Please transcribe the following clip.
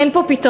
אין פה פתרון.